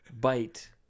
bite